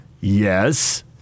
Yes